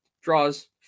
draws